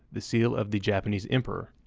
the seal of the japanese emperor.